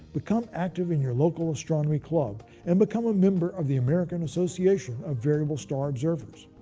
become active in your local astronomy club and become a member of the american association of variable star observers.